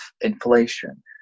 inflation